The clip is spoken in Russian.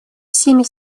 всеми